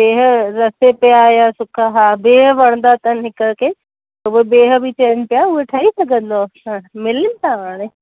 बिह रस पिया या सुका हा बिह वणंदा अथनि हिक खे त उहा बिह बि चवनि पिया उहे ठही सघंदो छा मिलनि था हाणे